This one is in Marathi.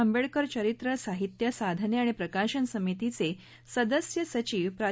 आंबेडकर चरित्र साहित्य साधने आणि प्रकाशन समितीचे सदस्य सचिव प्रा